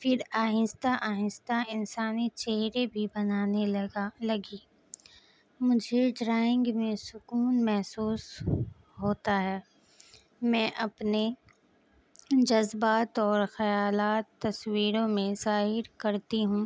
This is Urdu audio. پھر آہستہ آہستہ انسانی چہرے بھی بنانے لگا لگی مجھے ڈرائنگ میں سکون محسوس ہوتا ہے میں اپنے جذبات اور خیالات تصویروں میں ظاہر کرتی ہوں